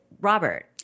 Robert